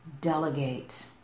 delegate